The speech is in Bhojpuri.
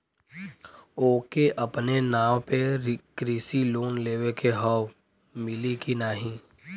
ओके अपने नाव पे कृषि लोन लेवे के हव मिली की ना ही?